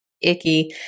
icky